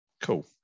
Cool